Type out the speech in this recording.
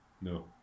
No